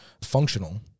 functional